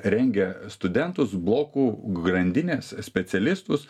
rengia studentus blokų grandinės specialistus